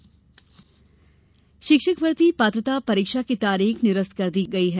शिक्षक भर्ती शिक्षक भर्ती पात्रता परीक्षा की तारीख निरस्त कर दी गई है